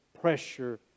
pressure